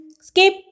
skip